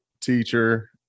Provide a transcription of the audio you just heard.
teacher